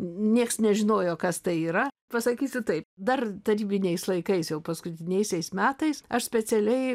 nieks nežinojo kas tai yra pasakysiu taip dar tarybiniais laikais jau paskutiniaisiais metais aš specialiai